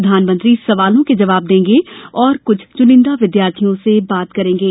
प्रधानमंत्री सवालों के जबाब देंगे और कृछ चुनिन्दा विद्यार्थियों से बात करेगें